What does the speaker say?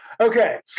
Okay